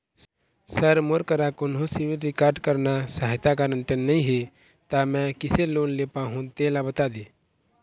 sir मोर करा कोन्हो सिविल रिकॉर्ड करना सहायता गारंटर नई हे ता मे किसे लोन ले पाहुं तेला बता दे